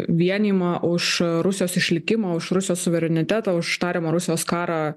vienijimą už rusijos išlikimą už rusijos suverenitetą už tariamą rusijos karą